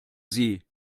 sie